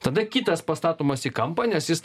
tada kitas pastatomas į kampą nes jis